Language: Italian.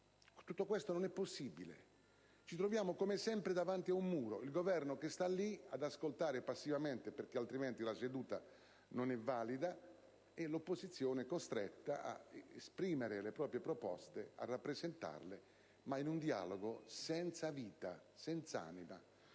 tutto questo non è possibile. Ci troviamo come sempre davanti a un muro. Il Governo sta lì ad ascoltare passivamente - altrimenti la seduta non è valida - e l'opposizione è costretta ad esprimere le proprie proposte, a rappresentarle, ma in un dialogo senza vita, senz'anima.